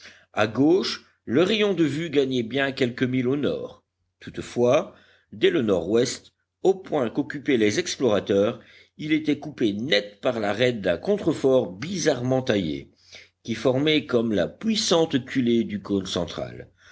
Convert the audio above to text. à gauche le rayon de vue gagnait bien quelques milles au nord toutefois dès le nord-ouest au point qu'occupaient les explorateurs il était coupé net par l'arête d'un contrefort bizarrement taillé qui formait comme la puissante culée du cône central